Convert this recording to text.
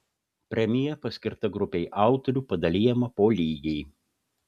premija paskirta grupei autorių padalijama po lygiai